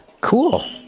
cool